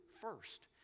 first